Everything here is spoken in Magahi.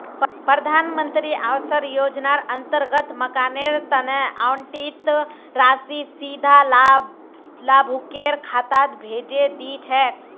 प्रधान मंत्री आवास योजनार अंतर्गत मकानेर तना आवंटित राशि सीधा लाभुकेर खातात भेजे दी छेक